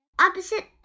opposite